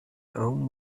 own